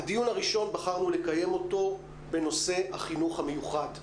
את הדיון הראשון בחרנו לקיים בנושא החינוך המיוחד.